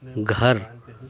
گھر